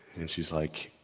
and she's like